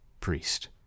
priest